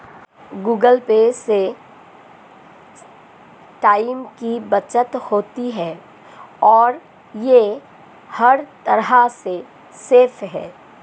Google pay से time की बचत होती है और ये हर तरह से सेफ है